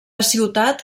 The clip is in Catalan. ciutat